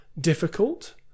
difficult